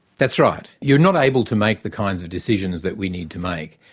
that's right. you're not able to make the kinds of decisions that we need to make.